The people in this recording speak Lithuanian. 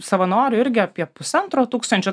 savanorių irgi apie pusantro tūkstančio